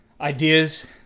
ideas